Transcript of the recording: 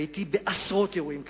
והייתי בעשרות אירועים כאלה.